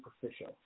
superficial